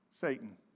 Satan